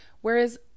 whereas